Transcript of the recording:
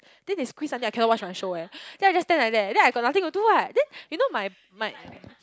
then they squeeze until I cannot watch my show eh then I just stand like that then I got nothing to do what then you know my my